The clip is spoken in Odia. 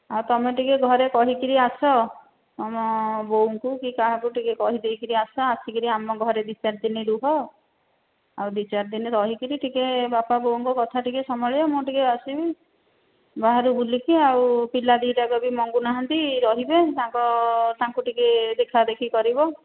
ଆଉ ତୁମେ ଟିକେ ଘରେ କହିକି ଆସ ବୋଉଙ୍କୁ କି କାହାକୁ ଟିକେ କହି ଦେଇକି ଆସ ଆସିକି ଆମ ଘରେ ଦୁଇ ଚାର ଦିନ ରୁହ ଆଉ ଦୁଇ ଚାରି ଦିନ ରହିକି ଟିକେ ବାପା ବୋଉଙ୍କ କଥା ଟିକେ ସମ୍ଭାଳିବ ମୁଁ ଟିକେ ଆସିବି ବାହାରେ ବୁଲିକି ଆଉ ପିଲା ଦୁଇଟା ଯାକ ବି ମଙ୍ଗୁ ନାହାନ୍ତି କି ରହିବେ ତାଙ୍କ ତାଙ୍କୁ ଟିକେ ଦେଖାଦେଖି କରିବ